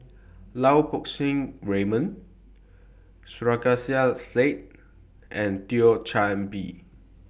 Lau Poo Seng Raymond Sarkasi Said and Thio Chan Bee